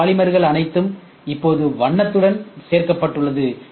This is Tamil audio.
இந்த பாலிமர்கள் அனைத்தும் இப்போது வண்ணத்துடன் சேர்க்கப்பட்டுள்ளன